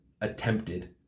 attempted